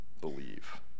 believe